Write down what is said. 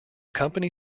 company